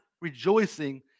rejoicing